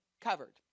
covered